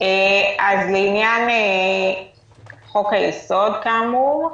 לעניין חוק-היסוד כאמור,